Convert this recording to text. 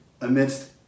amidst